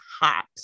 hot